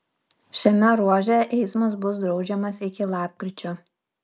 šiame ruože eismas bus draudžiamas iki lapkričio